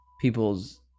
people's